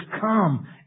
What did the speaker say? come